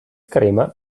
crema